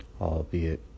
albeit